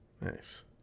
Nice